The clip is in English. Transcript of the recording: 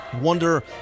wonder